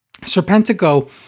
Serpentico